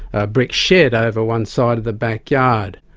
a brick shed over one side of the backyard.